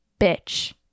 bitch